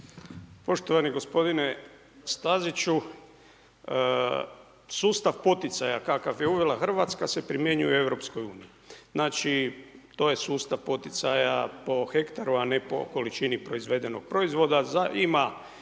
Poštovani gospodine Staziću, sustav poticaja kakav je uvela Hrvatska se primjenjuje u Europskoj uniji. Znači to je sustav poticaja po hektaru, a ne po količini proizvedenog proizvoda.